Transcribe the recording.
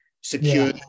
secure